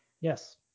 Yes